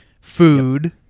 Food